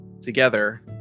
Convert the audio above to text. together